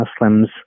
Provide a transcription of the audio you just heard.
Muslims